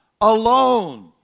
alone